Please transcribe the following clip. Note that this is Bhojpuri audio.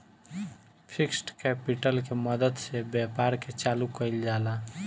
फिक्स्ड कैपिटल के मदद से व्यापार के चालू कईल जाला